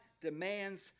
demands